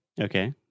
Okay